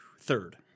Third